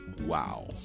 Wow